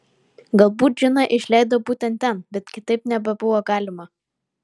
galbūt džiną išleido būtent ten bet kitaip nebebuvo galima